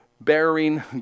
bearing